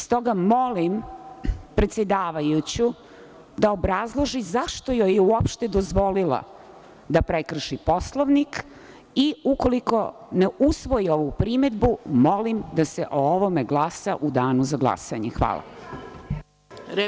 Stoga molim predsedavajuću da obrazloži zašto joj je uopšte dozvolila da prekrši Poslovnik i ukoliko ne usvoji ovu primedbu, molim da se o ovome glasa u danu za glasanje. (Dragana Barišić: Replika.